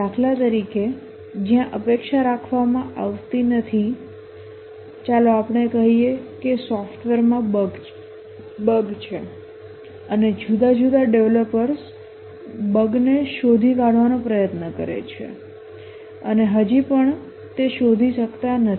દાખલા તરીકે જ્યાં અપેક્ષા રાખવામાં આવતી નથી ચાલો આપણે કહીએ કે સોફ્ટવેરમાં બગ છે અને જુદા જુદા ડેવલપર્સ બગ ને શોધી કાઢવાનો પ્રયત્ન કરે છે અને હજી પણ તે શોધી શકતા નથી